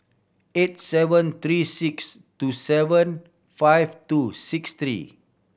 eight seven three six two seven five two six three